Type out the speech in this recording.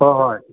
ꯍꯣꯏ ꯍꯣꯏ